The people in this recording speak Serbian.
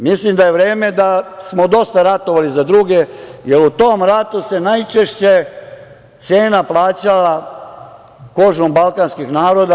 Mislim da je vreme d smo dosta ratovali za druge, jer u tom ratu se najčešće cena plaćala kožom balkanskih naroda.